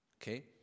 okay